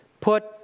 put